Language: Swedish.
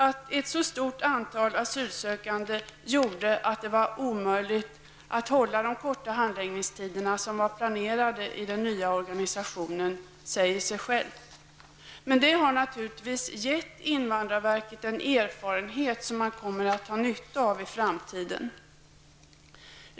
Att ett så stort antal asylsökande gjorde att det var omöjligt att hålla de korta handläggningstider som var planerade i den nya organisationen säger sig självt. Men detta har naturligtvis gett invandrarverket en erfarenhet som man kommer att ha nytta av i framtiden.